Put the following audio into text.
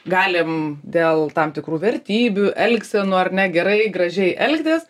galim dėl tam tikrų vertybių elgsenų ar ne gerai gražiai elgtis